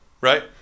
right